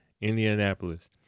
indianapolis